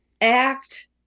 act